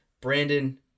Brandon